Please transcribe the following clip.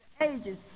Ages